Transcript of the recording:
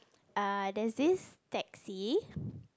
err there's this taxi